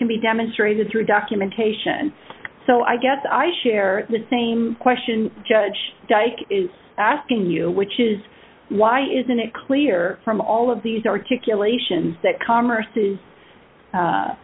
can be demonstrated through documentation so i guess i share the same question judge dyke is asking you which is why isn't it clear from all of these articulations that commerce is